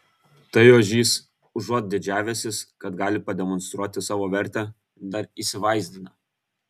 tai ožys užuot didžiavęsis kad gali pademonstruoti savo vertę dar įsivaizdina